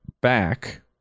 back